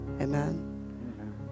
amen